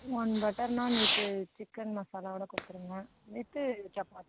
one butter naan with chicken மசாலாவோடு கொடுத்துடுங்க with chapati